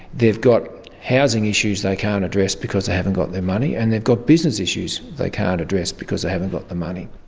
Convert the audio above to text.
they've got housing issues they can't address because they haven't got the money, and they've got business issues they can't address because they haven't got the money.